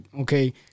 okay